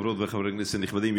חברות וחברי כנסת נכבדים,